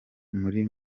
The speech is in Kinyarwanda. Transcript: muri